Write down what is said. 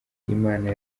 imana